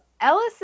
Ellis